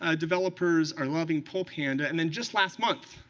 ah developers are loving pull panda. and then just last month,